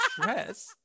stress